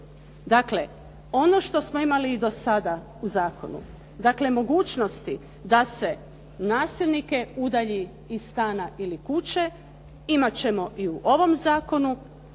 Dakle, ono što smo imali do sada u zakonu, dakle mogućnosti da se nasilnike udalji iz stana ili kuće imat ćemo i u ovom zakonu,